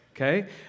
okay